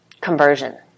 conversion